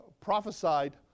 prophesied